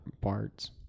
parts